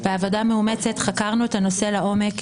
בעבודה מאומצת חקרנו את הנושא לעומק.